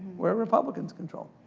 where republicans control.